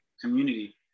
community